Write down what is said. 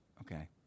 Okay